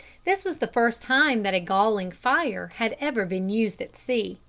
this was the first time that a galling fire had ever been used at sea.